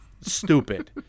Stupid